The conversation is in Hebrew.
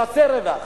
יעשה רווח,